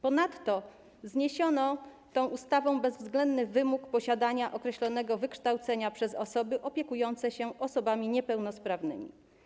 Ponadto tą ustawą zniesiono bezwzględny wymóg posiadania określonego wykształcenia przez osoby opiekujące się osobami niepełnosprawnymi.